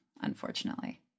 Unfortunately